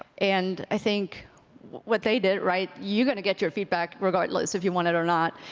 and i think what they did right, you're gonna get your feedback regardless if you want it or not.